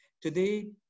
Today